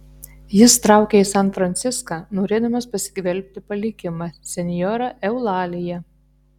jis traukia į san franciską norėdamas pasigvelbti palikimą senjora eulalija